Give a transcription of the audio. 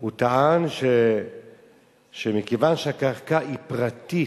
הוא טען שמכיוון שהקרקע היא פרטית,